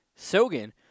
Sogan